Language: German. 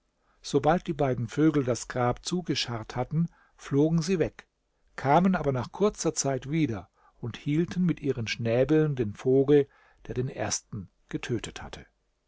sobald die beiden vögel das grab zugescharrt hatten flogen sie weg kamen aber nach kurzer zeit wieder und hielten mit ihren schnäbeln den vogel der den ersten getötet hatte